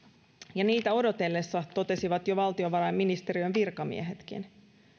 ja niitä odotellessa totesivat jo valtiovarainministeriön virkamiehetkin